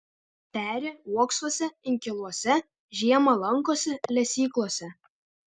peri uoksuose inkiluose žiemą lankosi lesyklose